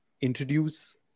introduce